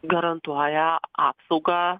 garantuoja apsaugą